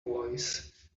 voice